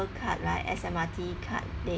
card right S_M_R_T card they